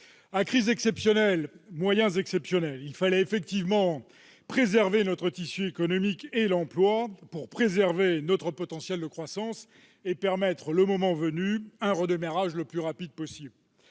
À crise exceptionnelle, moyens exceptionnels ! Il fallait effectivement préserver notre tissu économique et l'emploi, pour préserver notre potentiel de croissance et permettre, le moment venu, un redémarrage le plus rapide possible.